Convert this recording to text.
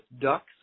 ducks